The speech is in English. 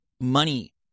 money